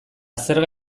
zerga